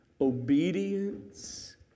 obedience